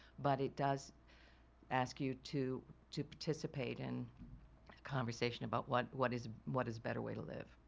but it does ask you to to participate in conversation about what what is what is better way to live.